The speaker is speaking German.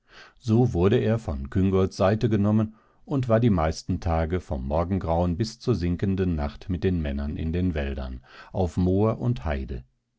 so wurde er von küngolts seite genommen und war die meisten tage vom morgengrauen bis zur sinkenden nacht mit den männern in den wäldern auf moor und heide